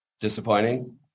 Disappointing